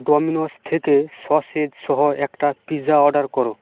Domino's থেকে sausage সহ একটা পিৎজা অর্ডার করো